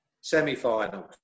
semi-finals